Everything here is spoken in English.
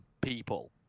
people